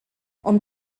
ond